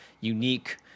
unique